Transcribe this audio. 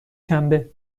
شنبه